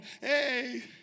Hey